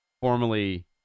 formerly